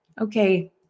Okay